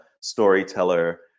storyteller